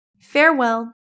Farewell